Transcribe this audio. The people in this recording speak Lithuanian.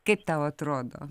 kaip tau atrodo